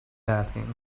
asking